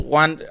one